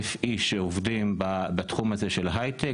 איש שעובדים בתחום הזה של הייטק.